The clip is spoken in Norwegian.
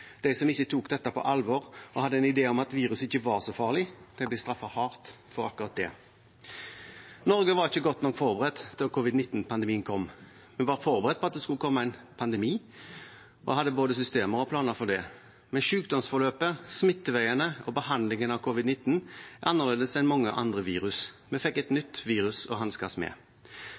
De som ikke tok dette på alvor og hadde en idé om at viruset ikke var så farlig, ble straffet hardt for akkurat det. Norge var ikke godt nok forberedt da covid-19-pandemien kom. Vi var forberedt på at det skulle komme en pandemi, og hadde både systemer og planer for det, men sykdomsforløpet, smitteveiene og behandlingen av covid-19 er annerledes enn for mange andre virus. Vi fikk et nytt virus å hanskes med.